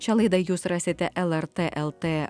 šią laidą jūs rasite lrt lt